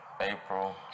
April